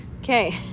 Okay